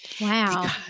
wow